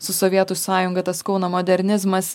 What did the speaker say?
su sovietų sąjunga tas kauno modernizmas